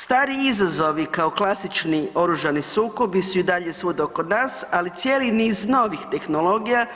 Stari izazovi, kao klasični oružani sukobu su i dalje svuda oko nas, ali cijeli niz novih tehnologija